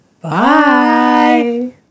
Bye